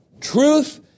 Truth